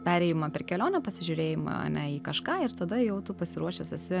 perėjimą per kelionę pasižiūrėją ane į kažką ir tada jau tu pasiruošęs esi